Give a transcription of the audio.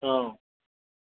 ହଁ